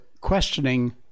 questioning